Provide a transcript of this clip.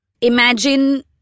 Imagine